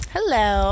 Hello